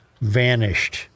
vanished